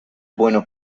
bueno